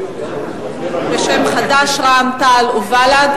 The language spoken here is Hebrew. בשם חד"ש, רע"ם-תע"ל ובל"ד,